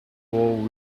wall